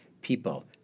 people